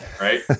right